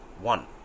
one